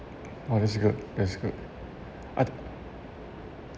oh this is good it's good I